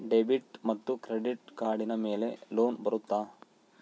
Debit ಮತ್ತು credit ಕಾರ್ಡಿನ ಮೇಲೆ ಲೋನ್ ಬರುತ್ತಾ?